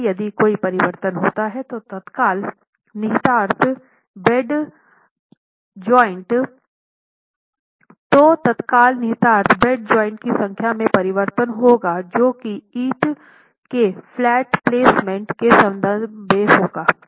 इसलिए यदि कोई परिवर्तन होता है तो तत्काल निहितार्थ बेड जॉइंट्स की संख्या में परिवर्तन होगा जो कि ईंटों के फ्लैट प्लेसमेंट के संबंध में होगा